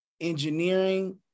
engineering